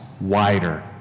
wider